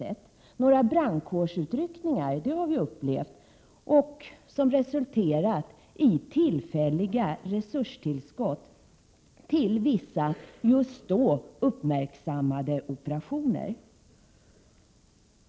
Däremot har vi upplevt några brandkårsutryckningar, som resulterat i tillfälliga resurstillskott till vissa just då debatterade operationer.